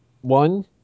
One